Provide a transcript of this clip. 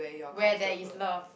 where there is love